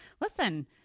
listen